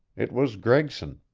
it was gregson.